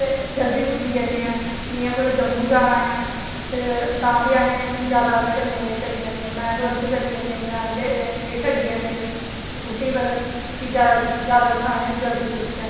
ते जल्दी पुज्जी जन्ने आं जियां कुदै जम्मू जाना ऐ ते तां बी अस जादै ओह्दे कन्नै चली जन्ने जां मेटाडोर च चली जन्ने जां एह् छड्डी जंदे स्कूटी पर की जादै अस जल्दी पुज्जचै